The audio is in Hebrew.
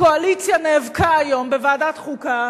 הקואליציה נאבקה היום בוועדת החוקה